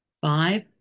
Five